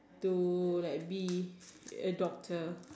to like be a doctor